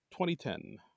2010